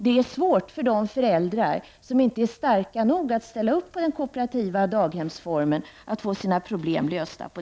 Det är svårt för de föräldrar som inte är starka nog att ställa upp på den kooperativa daghemsformen.